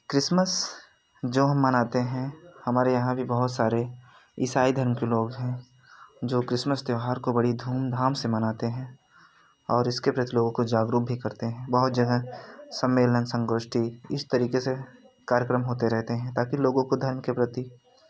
Christmas जो हम मनाते हैं हमारे यहाँ भी बहुत सारे इसाई धर्म के लोग हैं जो क्रिसमस त्यौहार को बड़ी धूमधाम से मनाते हैं और इस के प्रति लोगों को जागरूक भी करते हैं बहुत जगह सम्मलेन संगोष्ठी इस तरीके से कार्यक्रम होते रहते हैं ताकि लोगों को धर्म के प्रति